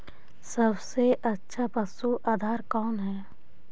सबसे अच्छा पशु आहार कौन है?